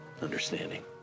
understanding